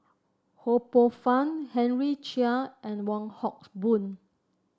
Ho Poh Fun Henry Chia and Wong Hock Boon